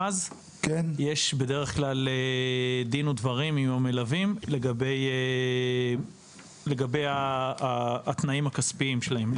יש בדרך כלל דין ודברים עם המלווים לגבי התנאים הכספיים שלהם.